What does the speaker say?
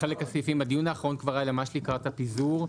הדיון האחרון היה ממש לקראת הפיזור.